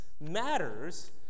matters